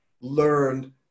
learned